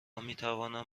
میتوانم